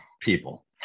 people